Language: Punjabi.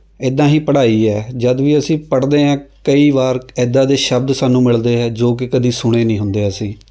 ਇੱਦਾਂ ਹੀ ਪੜ੍ਹਾਈ ਹੈ ਜਦ ਵੀ ਅਸੀਂ ਪੜ੍ਹਦੇ ਹੈ ਕਈ ਵਾਰ ਇੱਦਾਂ ਦੇ ਸ਼ਬਦ ਸਾਨੂੰ ਮਿਲਦੇ ਹੈ ਜੋ ਕਿ ਕਦੀ ਸੁਣੇ ਨਹੀਂ ਹੁੰਦੇ ਅਸੀਂ